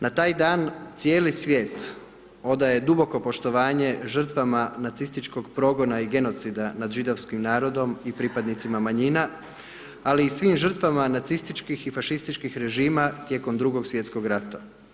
Na taj dan cijeli svijet odaje duboko poštovanje žrtvama nacističkog progona i genocida nad židovskim narodom i pripadnicima manjina, ali i svim žrtvama nacističkih i fašističkih režima tijekom 2. Svj. rata.